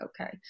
okay